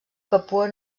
papua